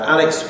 Alex